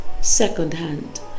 secondhand